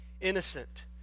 innocent